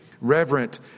reverent